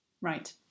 Right